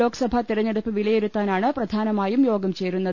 ലോക്സഭാ തെരഞ്ഞെടുപ്പ് വിലയിരുത്താനാണ് പ്രധാന മായും യോഗം ചേരുന്നത്